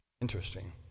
Interesting